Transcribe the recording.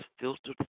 filtered